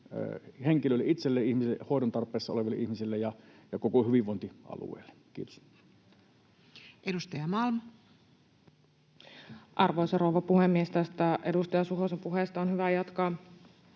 seutukunnalle, hoidon tarpeessa oleville ihmisille itselleen ja koko hyvinvointialueelle. — Kiitos. Edustaja Malm. Arvoisa rouva puhemies! Tästä edustaja Suhosen puheesta on hyvä jatkaa